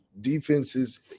defenses